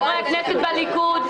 חברי הכנסת בליכוד,